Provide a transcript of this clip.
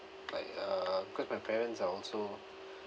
like uh because my parents are also